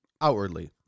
Outwardly